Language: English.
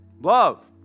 love